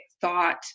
thought